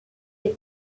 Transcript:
des